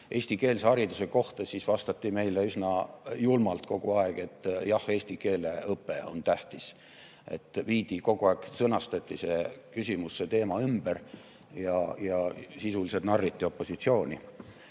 eestikeelse hariduse kohta, vastati meile üsna julmalt kogu aeg, et jah, eesti keele õpe on tähtis. Kogu aeg sõnastati see küsimus, teema ümber ja sisuliselt narriti opositsiooni.